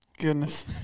Goodness